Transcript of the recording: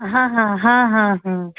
हँ हँ हँ हँ हँ